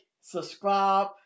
subscribe